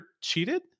cheated